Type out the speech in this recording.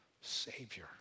Savior